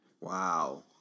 Wow